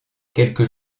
quelques